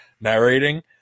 narrating